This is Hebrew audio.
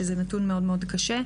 שזה נתון מאוד מאוד קשה.